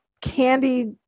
candy